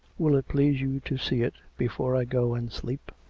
will it please you to see it before i go and sleep?